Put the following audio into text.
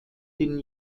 den